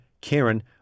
Karen